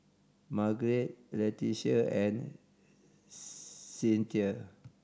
Margeret Leticia and Cynthia